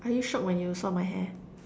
are you shock when you saw my hair